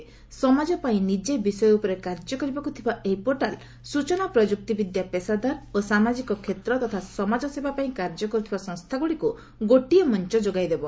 ସମାଜ ପାଇଁ ନିଜେ ବିଷୟ ଉପରେ କାର୍ଯ୍ୟ କରିବାକୁ ଥିବା ଏହି ପୋର୍ଟାଲ୍ ସୂଚନା ପ୍ରଯୁକ୍ତି ବିଦ୍ୟା ପେଷାଦାର ଓ ସାମାଜିକ କ୍ଷେତ୍ର ତଥା ସମାଜସେବା ପାଇଁ କାର୍ଯ୍ୟ କରୁଥିବା ସଂସ୍ଥାଗୁଡ଼ିକୁ ଗୋଟିଏ ମଞ୍ଚ ଯୋଗାଇ ଦେବ